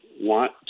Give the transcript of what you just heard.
want